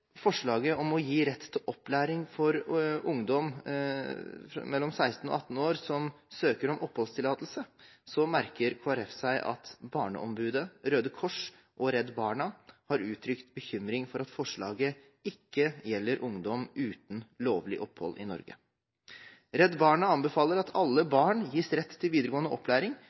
forslaget om å gi rett til opplæring for ungdom mellom 16 og 18 år som søker om oppholdstillatelse, merker Kristelig Folkeparti seg at Barneombudet, Røde Kors og Redd Barna har uttrykt bekymring for at forslaget ikke gjelder ungdom uten lovlig opphold i Norge. Redd Barna anbefaler at alle barn gis rett til videregående opplæring,